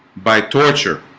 by torture